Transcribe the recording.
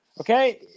okay